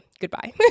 goodbye